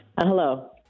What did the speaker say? Hello